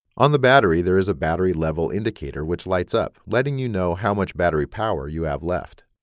on the battery, there is a battery level indicator which lights up, letting you know how much battery power you have left.